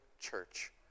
Church